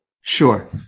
Sure